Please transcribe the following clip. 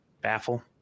Baffle